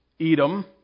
Edom